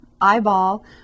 eyeball